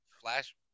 Flash